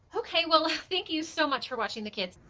okay, well thank you so much for watching the kids!